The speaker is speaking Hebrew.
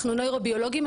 אנחנו נוירו-ביולוגים,